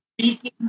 speaking